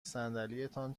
صندلیتان